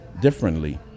differently